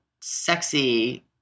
sexy